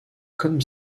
comme